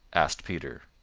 asked peter.